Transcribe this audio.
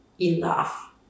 enough